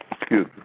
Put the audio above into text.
excuse